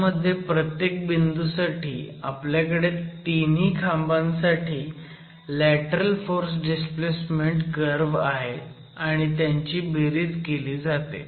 ह्यामध्ये प्रत्येक बिंदूसाठी आपल्याकडे तिन्ही खांबांसाठी लॅटरल फोर्स डिस्प्लेसमेन्ट कर्व्ह आहे आणि त्यांची बेरीज केली जाते